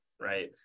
right